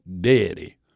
daddy